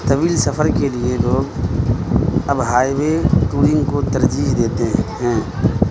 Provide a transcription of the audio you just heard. طویل سفر کے لیے لوگ اب ہائی وے ٹورنگ کو ترجیح دیتے ہیں